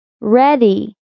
Ready